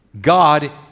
God